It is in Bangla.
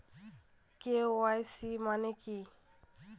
কে.ওয়াই.সি মানে কি?